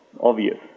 obvious